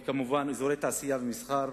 וכמובן אזורי תעשייה ומסחר,